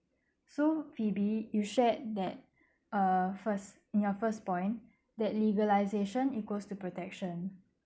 so phoebe you shared that uh first in your first point that legalisation equals to protection